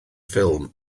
ffilm